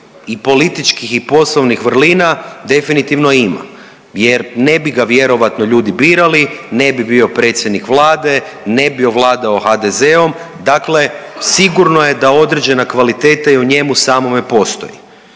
i političkih i poslovnih vrlina? Definitivno ima jer ne bi ga vjerojatno ljudi birali, ne bi bio predsjednik Vlade, ne bi on vladao HDZ-om, dakle sigurno je da određena kvaliteta i u njemu samome postoji.